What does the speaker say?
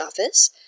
office